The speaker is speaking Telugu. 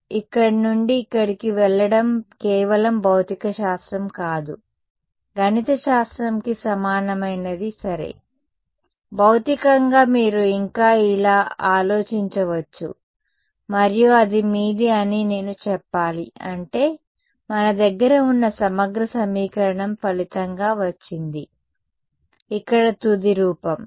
కాబట్టి ఇక్కడ నుండి ఇక్కడికి వెళ్లడం కేవలం భౌతిక శాస్త్రం కాదు గణిత శాస్త్రంకి సమానమైనది సరే భౌతికంగా మీరు ఇంకా ఇలా ఆలోచించవచ్చు మరియు అది మీది అని నేను చెప్పాలి అంటే మన దగ్గర ఉన్న సమగ్ర సమీకరణం ఫలితంగా వచ్చింది ఇక్కడ తుది రూపం